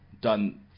done